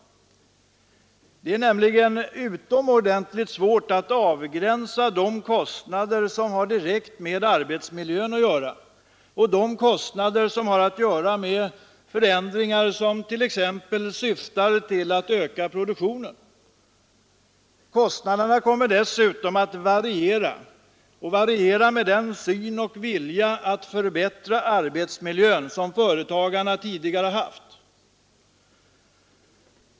Det är nämligen utomordentligt svårt att avgränsa de kostnader som har direkt med arbetsmiljön att göra och de kostnader som uppstår till följd av förändringar som syftar till att öka produktionen. Kostnaderna kommer dessutom att variera med den vilja att förbättra arbetsmiljön som företagarna tidigare haft.